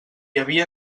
havia